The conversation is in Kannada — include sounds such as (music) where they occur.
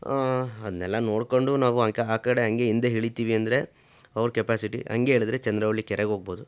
ಅದನ್ನೆಲ್ಲ ನೋಡ್ಕೊಂಡು ನಾವು (unintelligible) ಆ ಕಡೆ ಹಂಗೆ ಹಿಂದೆ ಇಳಿತಿವಿ ಅಂದರೆ ಅವ್ರ ಕೆಪ್ಯಾಸಿಟಿ ಹಂಗೆ ಇಳಿದರೆ ಚಂದ್ರವಳ್ಳಿ ಕೆರೆಗೆ ಹೋಗ್ಬೋದು